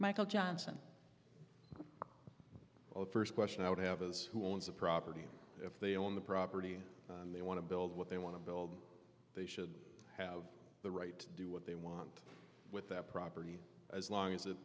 michael johnson the first question i would have is who owns the property and if they own the property and they want to build what they want to build they should have the right to do what they want with that property as long as it